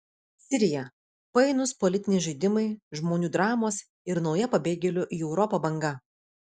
sirija painūs politiniai žaidimai žmonių dramos ir nauja pabėgėlių į europą banga